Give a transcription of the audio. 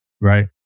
right